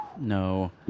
No